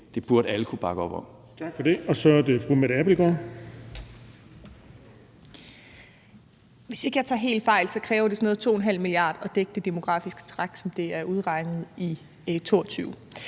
Det burde alle kunne bakke op om.